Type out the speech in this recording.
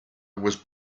was